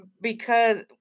because-